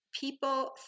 people